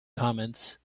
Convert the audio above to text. comments